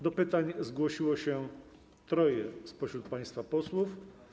Do pytań zgłosiło się troje spośród państwa posłów.